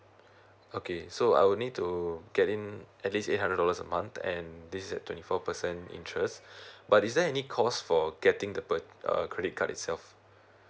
okay so I would need to get in at least eight hundred dollars a month and this at twenty four percent interest but is there any cost for getting the pur~ err credit card itself